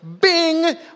bing